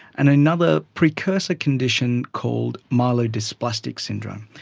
and another precursor condition called myelodysplastic syndrome.